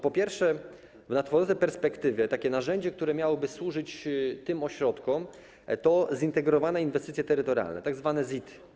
Po pierwsze, w nadchodzącej perspektywie takie narzędzie, które miałoby służyć tym ośrodkom, to zintegrowane inwestycje terytorialne, tzw. ZIT.